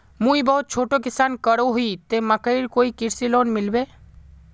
मुई बहुत छोटो किसान करोही ते मकईर कोई कृषि लोन मिलबे?